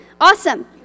Awesome